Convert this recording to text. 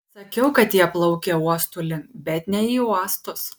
sakiau kad jie plaukia uostų link bet ne į uostus